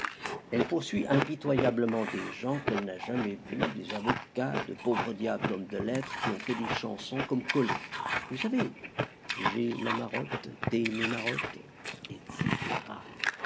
elle poursuit impitoyablement des gens qu'elle n'a jamais vus des avocats de pauvres diables d'hommes de lettres qui ont fait des chansons comme collé vous savez j'ai la marotte d'aimer marote etc